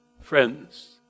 friends